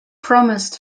promised